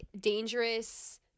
dangerous